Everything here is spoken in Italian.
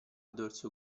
dorso